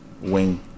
wing